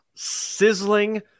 sizzling